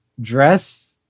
Dress